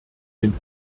den